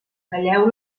talleu